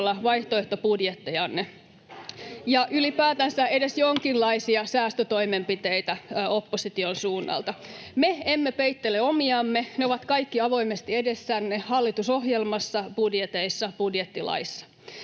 vaihtoehtobudjettejanne ja ylipäätänsä edes jonkinlaisia säästötoimenpiteitä opposition suunnalta. Me emme peittele omiamme, ne ovat kaikki avoimesti edessänne hallitusohjelmassa, budjeteissa, budjettilaeissa.